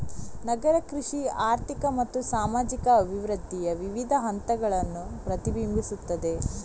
ನಗರ ಕೃಷಿ ಆರ್ಥಿಕ ಮತ್ತು ಸಾಮಾಜಿಕ ಅಭಿವೃದ್ಧಿಯ ವಿವಿಧ ಹಂತಗಳನ್ನು ಪ್ರತಿಬಿಂಬಿಸುತ್ತದೆ